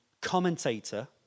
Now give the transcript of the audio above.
commentator